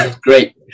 Great